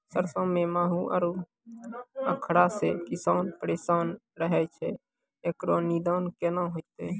सरसों मे माहू आरु उखरा से किसान परेशान रहैय छैय, इकरो निदान केना होते?